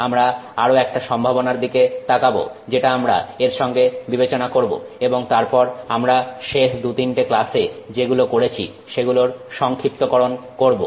আমরা আরো একটা সম্ভাবনার দিকে তাকাবো যেটা আমরা এরসঙ্গে বিবেচনা করবো এবং তারপর আমরা শেষ দু তিনটে ক্লাসে যেগুলো করেছি সেগুলোর সংক্ষিপ্তকরণ করব